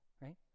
right